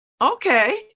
Okay